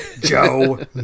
joe